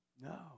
No